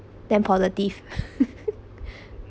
then positive